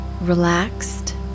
relaxed